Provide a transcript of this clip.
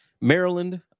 Maryland